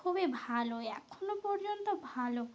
খুবই ভালো এখনও পর্যন্ত ভালো